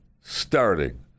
starting